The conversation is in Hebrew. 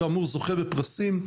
כאמור זוכה בפרסים,